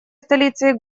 столицей